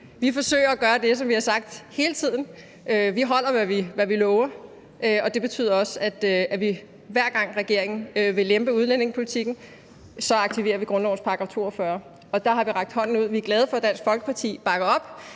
Vi forsøger at gøre det, som vi har sagt hele tiden, og vi holder, hvad vi lover, og det betyder også, at vi, hver gang regeringen vil lempe udlændingepolitikken, aktiverer grundlovens § 42. Vi har rakt hånden ud, og vi er glade for, at Dansk Folkeparti bakker op,